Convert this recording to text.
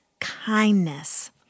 kindness